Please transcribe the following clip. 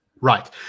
Right